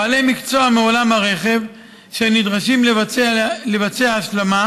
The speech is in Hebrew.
בעלי מקצוע מעולם הרכב שנדרשים לבצע השלמה,